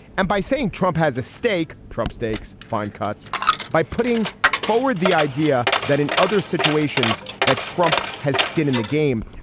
and by saying trump has a stake trump steaks find cuts by putting forward the idea that in other situations that trump has skin in the game.